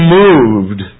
moved